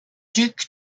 duc